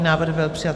Návrh byl přijat.